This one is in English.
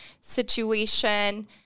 situation